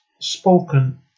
Spoken